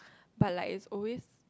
but like is always